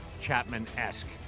Chapman-esque